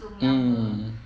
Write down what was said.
mm